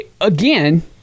again